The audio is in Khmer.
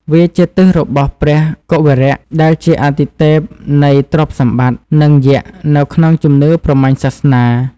វាជាទិសរបស់ព្រះ កុវេរៈ ដែលជាអាទិទេពនៃទ្រព្យសម្បត្តិនិងយ័ក្សនៅក្នុងជំនឿព្រហ្មញ្ញសាសនា។